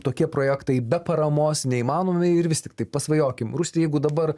tokie projektai be paramos neįmanomi ir vis tiktai pasvajokim rusti jeigu dabar